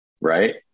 right